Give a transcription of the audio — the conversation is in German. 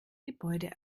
gebäude